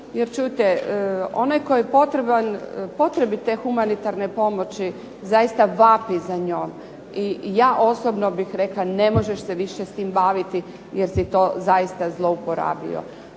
jer čujte, onaj tko je potrebit te humanitarne pomoći zaista vapi za njom i ja osobno bih rekla ne možeš se više s tim baviti jer si to zaista zlouporabio.